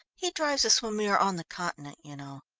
he drives us when we are on the continent, you know.